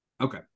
okay